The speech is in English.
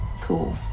Cool